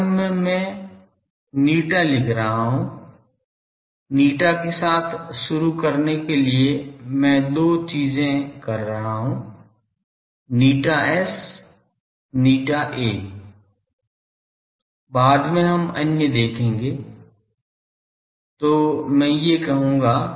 प्रारंभ में मैं η लिख रहा हूं η के साथ शुरू करने के लिए मैं दो चीजें कर रहा हूँ ηS ηA बाद में हम अन्य देखेंगे तो मैं ये कहूंगा